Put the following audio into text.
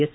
S